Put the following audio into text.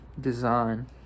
design